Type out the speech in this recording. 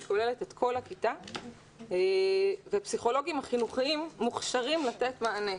היא כוללת את כל הכיתה ופסיכולוגים חינוכיים מוכשרים לתת מענה,